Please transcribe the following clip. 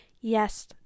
yes